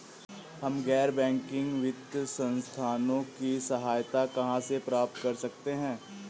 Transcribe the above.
हम गैर बैंकिंग वित्तीय संस्थानों की सहायता कहाँ से प्राप्त कर सकते हैं?